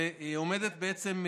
והיא עומדת בעצם: